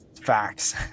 facts